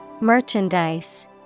Merchandise